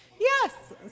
Yes